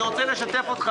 אני רוצה לשתף אותך,